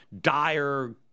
dire